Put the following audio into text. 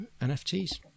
NFTs